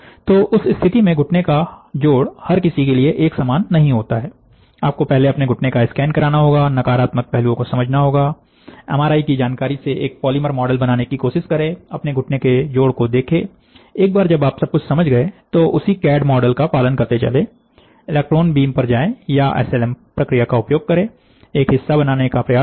तो उस स्थिति में घुटने का जोड़ हर किसी के लिए एक समान नहीं होता है आपको पहले अपने घुटने का स्कैन कराना होगा नकारात्मक पहलुओं को समझना होगा एम आर आई की जानकारी से एक पॉलीमर मॉडल बनाने की कोशिश करें अपने घुटने के जोड़ को देखें एक बार जब आप सब कुछ समझ गए तो उसी कैड मॉडल का पालन करते चले इलेक्ट्रॉन बीम पर जाए या एस एल एम प्रक्रिया का उपयोग करें अपना हिस्सा बनाने का प्रयास करें